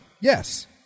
Yes